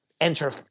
enter